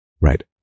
right